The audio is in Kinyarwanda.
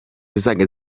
zizajya